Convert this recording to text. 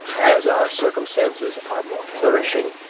as our circumstances are more flourishing,